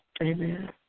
Amen